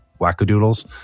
wackadoodles